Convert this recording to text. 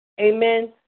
amen